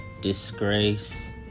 disgrace